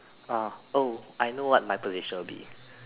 ah oh I know what my position would be